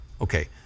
Okay